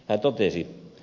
hän totesi